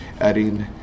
adding